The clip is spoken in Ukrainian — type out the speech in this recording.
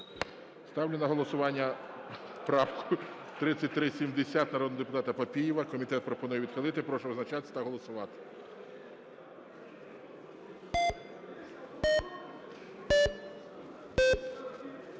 Ставлю на голосування правку 3370 народного депутата Папієва. Комітет пропонує відхилити. Прошу визначатися та голосувати.